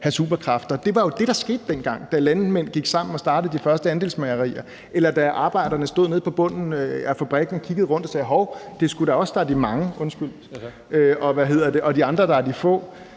Det var jo det, der skete dengang, da landmænd gik sammen og startede de første andelsmejerier, eller da arbejderne stod nede på bunden af fabrikken og kiggede rundt og sagde: Hov, det er sgu da os – undskyld – der er de mange, og de andre, der er de få.